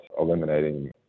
eliminating